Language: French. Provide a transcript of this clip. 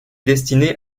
destiné